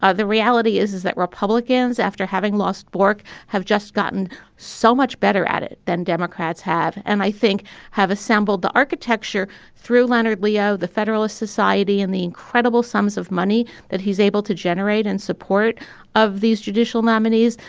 ah the reality is, is that republicans, after having lost bork, have just gotten so much better at it than democrats have. and i think have assembled the architecture through leonard leo, the federalist society, and the incredible sums of money that he's able to generate in support of these judicial nominees.